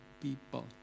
people